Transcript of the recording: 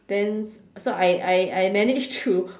then so I I I I managed to